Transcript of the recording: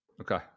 okay